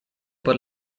por